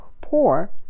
poor